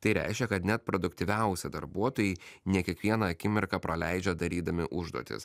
tai reiškia kad net produktyviausi darbuotojai ne kiekvieną akimirką praleidžia darydami užduotis